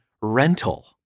rental